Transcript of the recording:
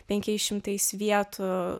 penkiais šimtais vietų